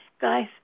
guys